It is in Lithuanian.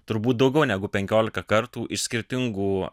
turbūt daugiau negu penkiolika kartų iš skirtingų